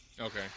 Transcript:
Okay